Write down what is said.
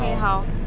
okay 好